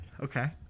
Okay